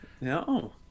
No